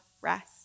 rest